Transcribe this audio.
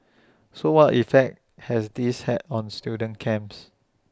so what effect has this had on student camps